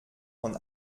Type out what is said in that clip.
von